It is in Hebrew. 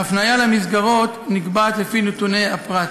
ההפניה למסגרות נקבעת לפי נתוני הפרט.